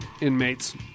inmates